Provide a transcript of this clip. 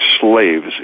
slaves